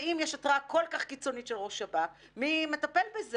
ואם יש התראה כל כך קיצונית של ראש שב"כ - מי מטפל בזה?